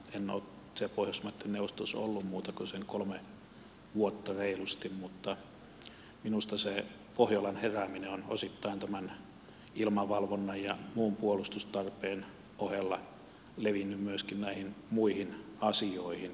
en ole siellä pohjoismaiden neuvostossa ollut muuta kuin sen reilut kolme vuotta mutta minusta se pohjolan herääminen on osittain tämän ilmavalvonnan ja muun puolustustarpeen ohella levinnyt myöskin näihin muihin asioihin